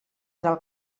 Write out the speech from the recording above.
del